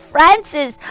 Francis